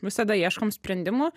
visada ieškom sprendimų